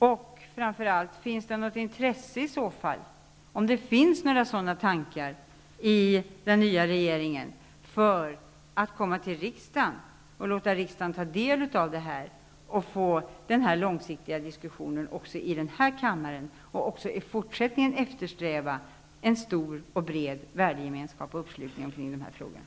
Och framför allt: Om det finns några sådana tankar hos den nya regeringen, finns det i så fall något intresse att låta riksdagen ta del av dem, så att vi kan föra den långsiktiga diskussionen här i kammaren och också i fortsättningen eftersträva stor värdegemenskap och bred uppslutning i invandrar och flyktingfrågorna?